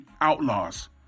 outlaws